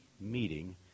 meeting